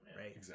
Right